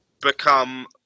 become